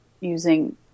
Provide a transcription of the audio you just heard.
using